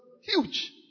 huge